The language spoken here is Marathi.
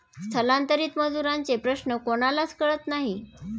स्थलांतरित मजुरांचे प्रश्न कोणालाच कळत नाही